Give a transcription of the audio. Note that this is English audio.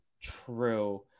true